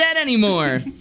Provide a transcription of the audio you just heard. anymore